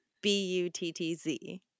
b-u-t-t-z